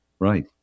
Right